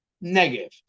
negative